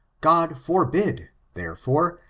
god forbid, therefore,